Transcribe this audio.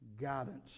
guidance